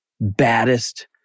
baddest